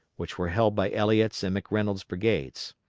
which were held by elliot's and mcreynolds' brigades.